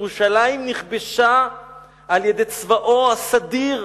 ירושלים נכבשה על-ידי צבאו הסדיר,